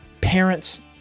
parents